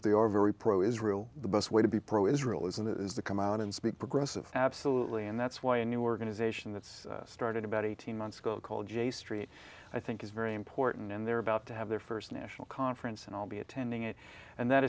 they are very pro israel the best way to be pro israel is and that is the come out and speak progressive absolutely and that's why a new organization that's started about eighteen months ago called j street i think is very important and they're about to have their first national conference and i'll be attending it and that